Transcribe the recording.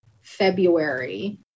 February